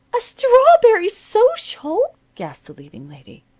a strawberry social! gasped the leading lady.